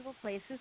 places